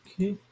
Okay